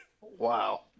Wow